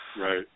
Right